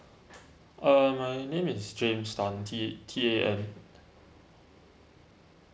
uh my name is james tan T A T A N